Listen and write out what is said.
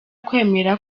kwemera